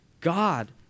God